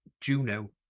Juno